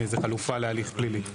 זה חלופה להליך פלילי.